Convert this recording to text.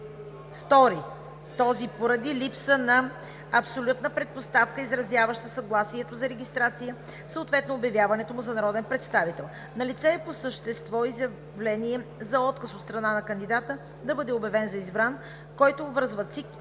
стори това поради липсата на правната предпоставка, изразяваща съгласието му за регистрация, съответно обявяването му за народен представител. Налице е по същество изявление за отказ от страна на кандидата да бъде обявен за избран, който обвързва